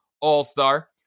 all-star